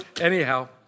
Anyhow